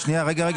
תמר,